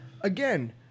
again